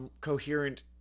coherent